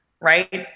right